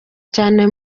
cyane